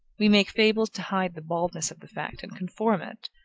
we make fables to hide the baldness of the fact and conform it,